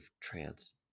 trance